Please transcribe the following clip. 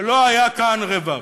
שלא היה כאן רבב.